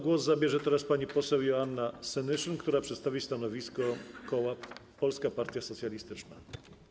Głos zabierze teraz pani poseł Joanna Senyszyn, która przedstawi stanowisko koła Polska Partia Socjalistyczna.